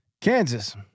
Kansas